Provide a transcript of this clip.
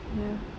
ya